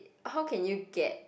how can you get